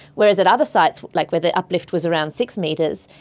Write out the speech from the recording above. whereas at other sites, like where the uplift was around six metres,